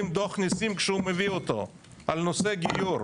דוח נסים כשהוא מביא אותו על נושא הגיור.